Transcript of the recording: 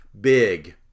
big